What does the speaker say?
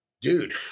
dude